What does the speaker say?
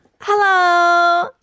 Hello